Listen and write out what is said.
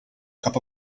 cup